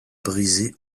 brisée